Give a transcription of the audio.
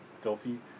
filthy